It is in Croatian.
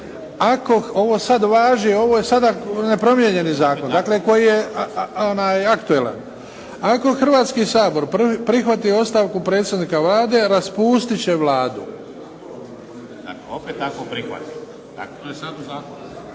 Ako, ovo sad važi, ovo je sada nepromijenjeni zakon, dakle koji je aktualan. Ako Hrvatski sabor prihvati ostavku predsjednika Vlade, raspustit će Vladu. … /Svi govore u glas,